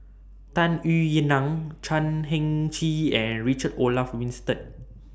Tung Yue Nang Chan Heng Chee and Richard Olaf Winstedt